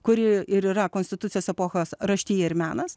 kuri ir yra konstitucijos epochos raštija ir menas